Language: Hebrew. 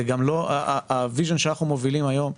זה גם לא ה-vision שאנחנו מובילים היום,